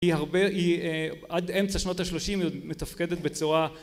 היא הרבה היא עד אמצע שנות השלושים היא מתפקדת בצורה